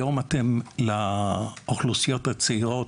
היום לאוכלוסיות הצעירות,